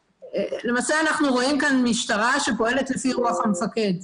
למעשה אנחנו רואים כאן משטרה שפועלת לפי רוח המפקד.